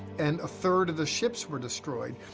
and a third of the ships were destroyed.